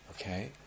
Okay